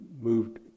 moved